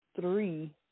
three